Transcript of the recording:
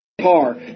car